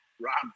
Rob